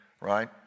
right